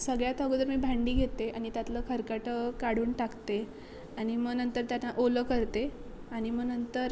सगळ्यात अगोदर मी भांडी घेते आणि त्यातलं खरकटं काढून टाकते आणि मग नंतर त्याना ओलं करते आणि मग नंतर